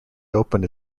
opened